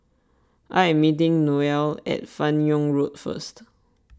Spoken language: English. I am meeting Noelle at Fan Yoong Road first